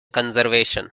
conservation